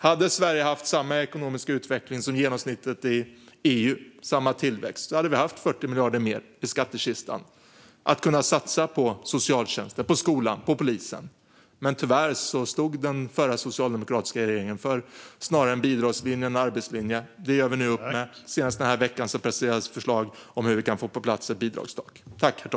Om Sverige hade haft samma ekonomiska utveckling och samma tillväxt som genomsnittet i EU hade vi haft 40 miljarder mer i skattekistan att kunna satsa på socialtjänsten, på skolan och på polisen. Men tyvärr stod den förra socialdemokratiska regeringen snarare för en bidragslinje än för en arbetslinje. Detta gör vi nu upp med. Senast i förra veckan presenterades till exempel ett förslag om hur vi kan få ett bidragstak på plats.